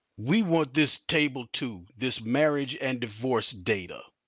we want this table two, this marriage and divorce data.